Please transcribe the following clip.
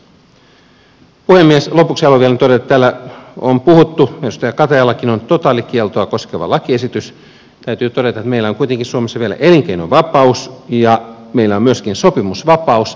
lopuksi haluan vielä todeta täällä on puhuttu edustaja katajallakin on totaalikieltoa koskeva lakiesitys että meillä on kuitenkin suomessa vielä elinkeinovapaus ja meillä on myöskin sopimusvapaus